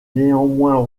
néanmoins